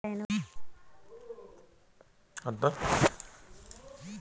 हमनी के गांवे पटवनी करे खातिर बहुत अच्छा मात्रा में पानी बा